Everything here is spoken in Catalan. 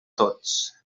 tots